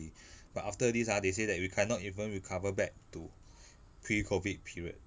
but after this ah they say that we cannot even recover back to pre-COVID period